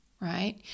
right